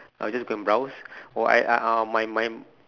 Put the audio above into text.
I'll just go and browse or I I I'll mine mine